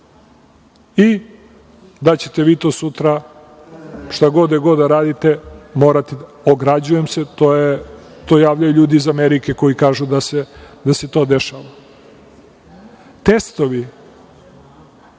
I da ćete vi sutra šta god da radite morate, ograđujem se, to javljaju ljudi iz Amerike koji kažu da se to dešava. Testovi